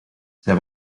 zij